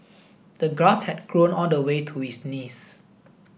the grass had grown all the way to his knees